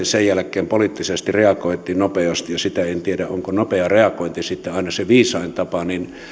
sen jälkeen poliittisesti reagoitiin nopeasti sitä en tiedä onko nopea reagointi sitten aina se viisain tapa ja